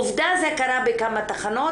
עובדה, זה קרה בכמה תחנות.